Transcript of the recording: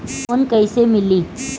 Loan कइसे मिली?